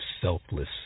selfless